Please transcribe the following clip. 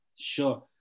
sure